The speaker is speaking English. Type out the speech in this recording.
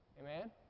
Amen